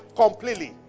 completely